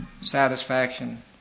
satisfaction